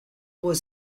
was